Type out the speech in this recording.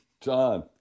John